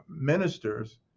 ministers